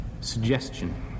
suggestion